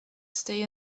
stay